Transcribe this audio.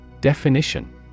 Definition